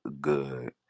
good